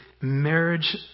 marriage